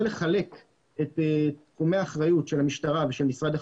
לחלק את תחומי האחריות של המשטרה ושל משרד החקלאות.